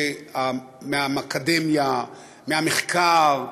מהאקדמיה, מהמחקר,